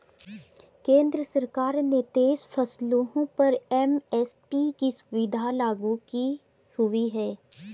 केंद्र सरकार ने तेईस फसलों पर एम.एस.पी की सुविधा लागू की हुई है